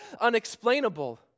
unexplainable